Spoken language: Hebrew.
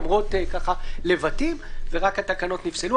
למרות לבטים ורק התקנות נפסלו.